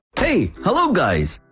hey! hello guys!